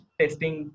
testing